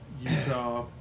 Utah